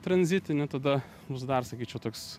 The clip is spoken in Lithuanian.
tranzitinį tada bus dar sakyčiau toks